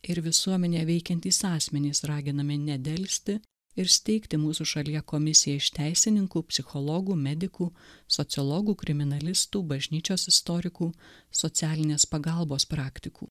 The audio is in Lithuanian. ir visuomenė veikiantys asmenys raginami nedelsti ir steigti mūsų šalyje komisiją iš teisininkų psichologų medikų sociologų kriminalistų bažnyčios istorikų socialinės pagalbos praktikų